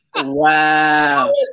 wow